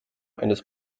eines